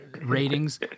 ratings